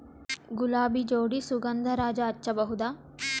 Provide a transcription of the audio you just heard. ಗುಲಾಬಿ ಜೋಡಿ ಸುಗಂಧರಾಜ ಹಚ್ಬಬಹುದ?